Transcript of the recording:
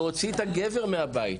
להוציא את הגבר מהבית,